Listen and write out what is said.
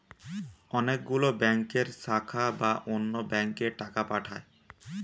অনেক গুলো ব্যাংকের শাখা বা অন্য ব্যাংকে টাকা পাঠায়